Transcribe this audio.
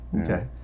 Okay